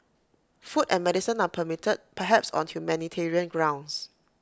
food and medicine are permitted perhaps on humanitarian grounds